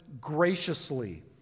graciously